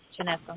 Janessa